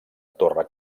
torre